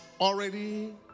already